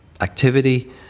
activity